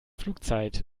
flugzeit